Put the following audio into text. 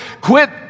quit